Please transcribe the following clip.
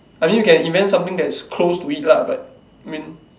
I think you can invent something that's close to it lah but I mean